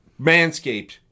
Manscaped